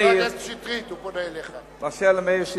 אני מבקש ממך,